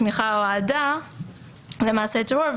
תמיכה או אהדה למעשה טרור,